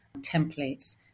templates